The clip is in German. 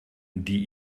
die